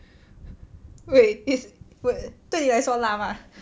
wait is w~ 对你来说辣吗